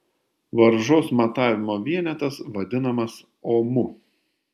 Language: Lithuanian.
varžos matavimo vienetas vadinamas omu